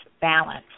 balance